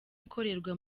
ikorerwa